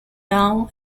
down